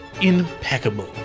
impeccable